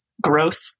growth